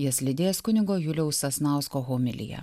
jas lydės kunigo juliaus sasnausko homilija